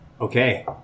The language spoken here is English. okay